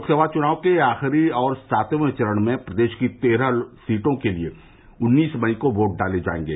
लोकसभा चुनाव के आखिरी और सातवें चरण में प्रदेश की तेरह सीटों के लिये उन्नीस मई को वोट डाले जायेंगे